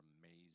amazing